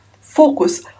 focus